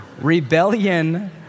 Rebellion